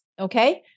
Okay